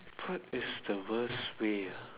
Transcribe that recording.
what is the worst way ah